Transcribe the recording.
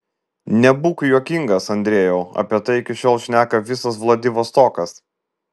nebūk juokingas andrejau apie tai iki šiol šneka visas vladivostokas